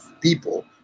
people